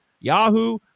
Yahoo